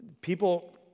people